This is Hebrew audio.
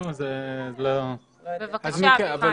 בבקשה, אביחי.